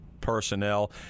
personnel